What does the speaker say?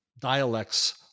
dialects